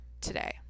today